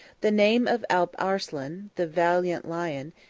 the name of alp arslan, the valiant lion,